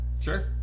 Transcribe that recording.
Sure